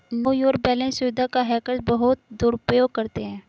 no your balance सुविधा का hackers बहुत दुरुपयोग करते हैं